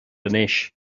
anois